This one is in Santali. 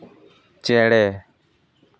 ᱪᱮᱬᱮ